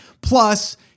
plus